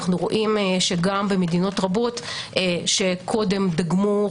אנו רואים שגם במדינות רבות שקודם דגמו,